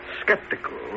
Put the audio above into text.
skeptical